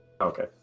Okay